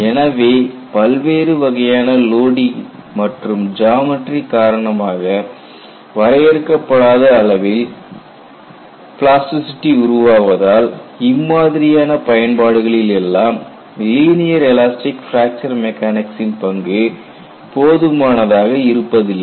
எனவே பல்வேறு வகையான லோடிங் மற்றும் ஜாமட்டரி காரணமாக வரையறுக்கப்படாத அளவில் பிளாஸ்டிசிட்டி உருவாவதால் இம்மாதிரியான பயன்பாடுகளில் எல்லாம் லீனியர் எலாஸ்டிக் பிராக்சர் மெக்கானிக்சின் பங்கு போதுமானதாக இருப்பதில்லை